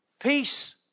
Peace